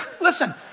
listen